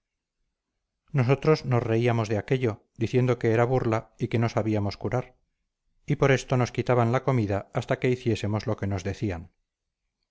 nosotros nos reíamos de ello diciendo que era burla y que no sabíamos curar y por esto nos quitaban la comida hasta que hiciésemos lo que nos decían